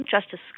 Justice